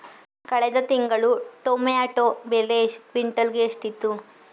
ಕಳೆದ ತಿಂಗಳು ಟೊಮ್ಯಾಟೋ ಬೆಲೆ ಕ್ವಿಂಟಾಲ್ ಗೆ ಎಷ್ಟಿತ್ತು?